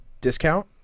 discount